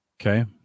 Okay